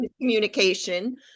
communication